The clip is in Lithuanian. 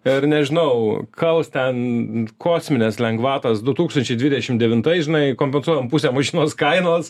ir nežinau kals ten kosmines lengvatas du tūkstančiai dvidešim devintais žinai kompensuojam pusę mašinos kainos